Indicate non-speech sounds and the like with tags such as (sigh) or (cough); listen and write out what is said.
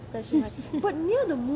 (laughs)